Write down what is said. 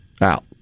out